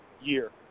year